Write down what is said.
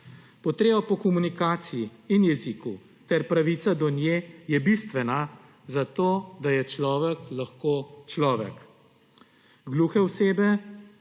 Potreba po komunikaciji in jeziku ter pravica do nje je bistvena za to, da je človek lahko človek. Gluhe osebe,